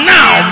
Now